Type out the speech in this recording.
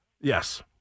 Yes